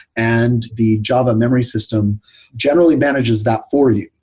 and the java memory system generally manages that for you,